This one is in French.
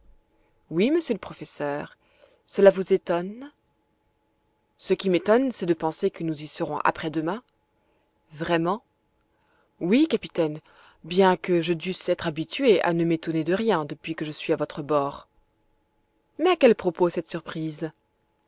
oui monsieur le professeur cela vous étonne ce qui m'étonne c'est de penser que nous y serons après-demain vraiment oui capitaine bien que je dusse être habitué à ne m'étonner de rien depuis que je suis à votre bord mais à quel propos cette surprise